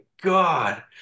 god